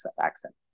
accent